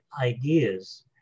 ideas